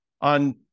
on